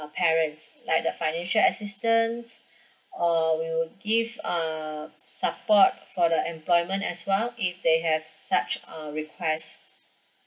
uh parents like the financial assistance or we'll give err support for the employment as well if they have such a request